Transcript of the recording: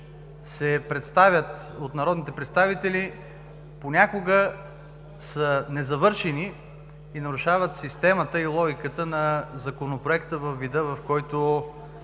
се представят от народните представители понякога са незавършени и нарушават системата и логиката на Законопроекта във вида, в който